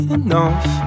enough